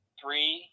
three